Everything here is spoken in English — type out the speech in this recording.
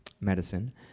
medicine